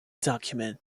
document